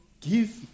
give